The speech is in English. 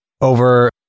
over